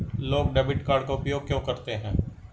लोग debit card का उपयोग क्यों करते हैं?